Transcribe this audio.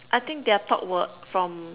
I think their talk will from